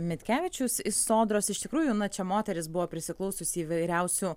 mitkevičius iš sodros iš tikrųjų na čia moteris buvo prisiklausiusi įvairiausių